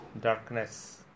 darkness